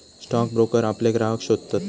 stock broker आपले ग्राहक शोधतत